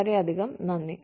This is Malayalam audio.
വളരെയധികം നന്ദി